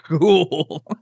cool